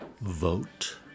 vote